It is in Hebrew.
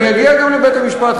אני אגיע גם לבית-המשפט,